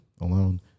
alone